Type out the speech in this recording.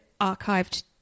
archived